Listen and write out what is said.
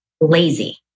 lazy